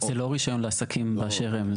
זה לא רישיון לעסקים באשר הם,